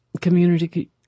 community